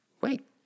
wait